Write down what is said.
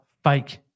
fake